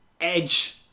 Edge